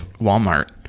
Walmart